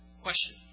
Question